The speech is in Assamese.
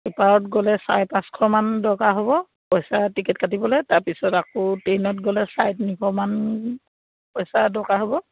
ছুপাৰত গ'লে চাৰে পাঁচশমান দৰকাৰ হ'ব পইচা টিকেট কাটিবলৈ তাৰপিছত আকৌ ট্ৰেইনত গ'লে চাৰে তিনিশমান পইচা দৰকাৰ হ'ব